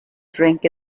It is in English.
drink